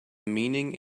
meaning